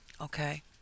okay